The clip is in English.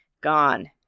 gone